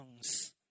songs